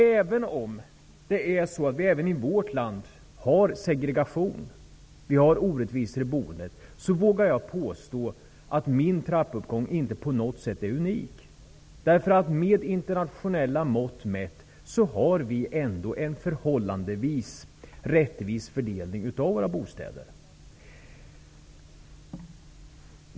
Även om det i vårt land finns segregation och orättvisor i boendet vågar jag påstå att min trappuppgång inte på något sätt är unik. Med internationella mått mätt har vi ändå en förhållandevis rättvis fördelning av våra bostäder.